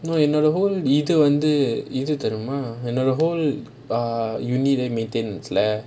என்னோட:ennoda whole இது வந்து எனது தெரியுமா என்னோட:ithu vanthu ethu teriyumaa ennoda whole university rent maintanance lah